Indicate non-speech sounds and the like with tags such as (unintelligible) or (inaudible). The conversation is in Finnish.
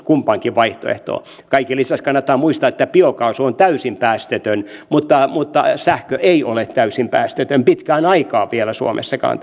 (unintelligible) kumpaankin vaihtoehtoon kaiken lisäksi kannattaa muistaa että biokaasu on täysin päästötön mutta mutta sähkö ei ole täysin päästötön vielä pitkään aikaan suomessakaan (unintelligible)